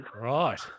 Right